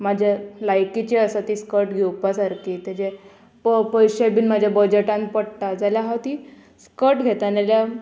म्हाज्या लायकीची आसा ती स्कट घेवपा सारकी तेजे पयशे बीन म्हाज्या बजटान पडटा जाल्यार हांव ती स्कट घेता ना जाल्यार